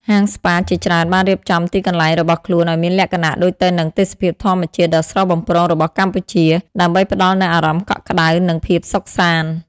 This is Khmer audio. ហាងស្ប៉ាជាច្រើនបានរៀបចំទីកន្លែងរបស់ខ្លួនឲ្យមានលក្ខណៈដូចទៅនឹងទេសភាពធម្មជាតិដ៏ស្រស់បំព្រងរបស់កម្ពុជា ដើម្បីផ្តល់នូវអារម្មណ៍កក់ក្តៅ និងភាពសុខសាន្ត។